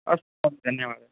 अस्तु महोदय धन्यवादः